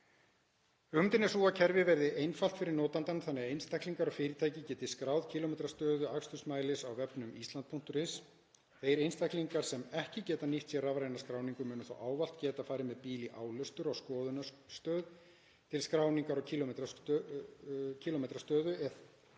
Hugmyndin er sú að kerfið verði einfalt fyrir notendur þannig að einstaklingar og fyrirtæki geti skráð kílómetrastöðu akstursmælis á vefnum Ísland.is. Þeir einstaklingar sem ekki geta nýtt sér rafræna skráningu munu þó ávallt getað farið með bíl í álestur á skoðunarstöð til skráningar á kílómetrastöðu eða